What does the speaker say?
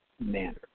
manner